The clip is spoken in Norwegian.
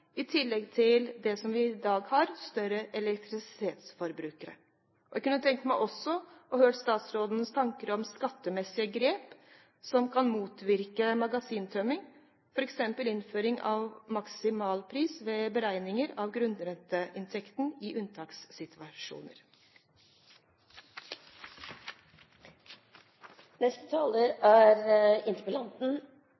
i tillegg til, som i dag, større elektrisitetsforbrukere. Jeg kunne også tenke meg å høre statsrådens tanker om skattemessige grep som kan motvirke magasintømming, f.eks. innføring av maksimalpris ved beregninger av grunnrenteinntekten i